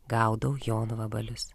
gaudau jonvabalius